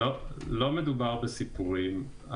לא מדבור בסיפורים.